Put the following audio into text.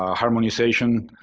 ah harmonization,